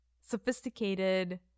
sophisticated